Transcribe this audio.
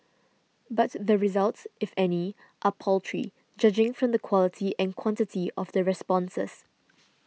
but the results if any are paltry judging from the quality and quantity of the responses